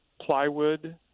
plywood